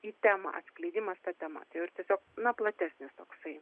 į temą skleidimas ta tema tai jau ir tiesiog na platesnis toksai